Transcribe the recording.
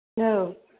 औ